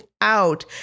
out